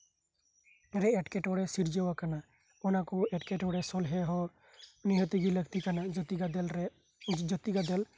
ᱨᱮ ᱮᱴᱠᱮᱴᱚᱬᱮ ᱥᱤᱨᱡᱟᱹᱣᱟᱠᱟᱱᱟ ᱚᱱᱟ ᱠᱚ ᱮᱴᱠᱮᱴᱚᱬᱮ ᱥᱚᱞᱦᱮ ᱦᱚᱸ ᱱᱤᱦᱟᱹᱛ ᱜᱮ ᱞᱟᱠᱛᱤ ᱠᱟᱱᱟ ᱡᱟᱛᱤ ᱜᱟᱫᱮᱞ ᱨᱮ ᱡᱟᱛᱤ ᱜᱟᱫᱮᱞ